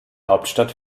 hauptstadt